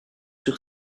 sur